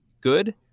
good